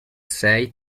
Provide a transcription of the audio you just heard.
sei